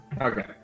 Okay